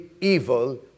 evil